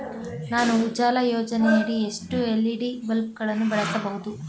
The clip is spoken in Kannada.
ನಾನು ಉಜಾಲ ಯೋಜನೆಯಡಿ ಎಷ್ಟು ಎಲ್.ಇ.ಡಿ ಬಲ್ಬ್ ಗಳನ್ನು ಬಳಸಬಹುದು?